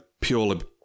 purely